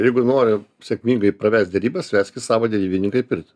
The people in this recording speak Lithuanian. jeigu nori sėkmingai pravest derybas veskis savo derybininką į pirt